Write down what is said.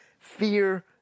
Fear